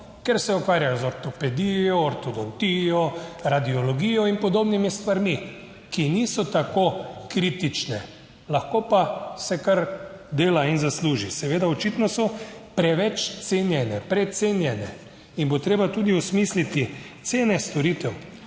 ker se ukvarjajo z ortopedijo, ortodontijo. Radiologijo in podobnimi stvarmi, ki niso tako kritične, lahko pa se kar dela in zasluži, seveda. Očitno so preveč cenjene, precenjene in bo treba tudi osmisliti cene storitev.